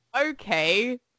okay